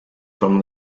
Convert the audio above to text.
from